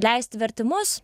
leisti vertimus